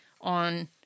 on